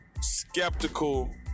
skeptical